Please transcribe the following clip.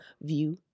view